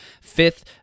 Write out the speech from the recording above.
fifth